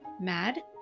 mad